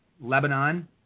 Lebanon